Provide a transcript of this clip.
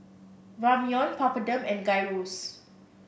Ramyeon Papadum and Gyros